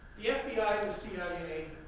yeah the cia,